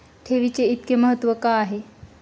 ठेवीचे इतके महत्व का आहे?